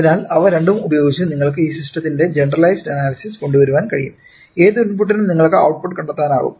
അതിനാൽ അവ രണ്ടും ഉപയോഗിച്ച് നിങ്ങൾക്ക് ഈ സിസ്റ്റത്തിന്റെ ജനറലൈസ്ഡ് അനാലിസിസ് കൊണ്ടുവരാൻ കഴിയും ഏത് ഇൻപുട്ടിനും നിങ്ങൾക്ക് ഔട്ട്പുട്ട് കണ്ടെത്താനാകും